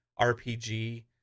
RPG